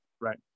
Right